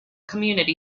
community